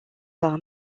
par